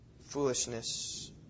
Foolishness